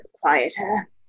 quieter